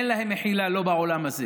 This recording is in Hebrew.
אין להם מחילה לא בעולם הזה